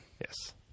Yes